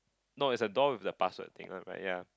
no is the door with the password thing one right ya